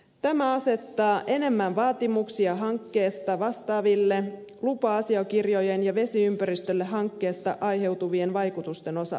tämä asettaa enemmän vaatimuksia hankkeesta vastaaville lupa asiakirjojen ja vesiympäristölle hankkeesta aiheutuvien vaikutusten osalta